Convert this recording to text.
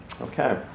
Okay